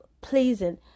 pleasing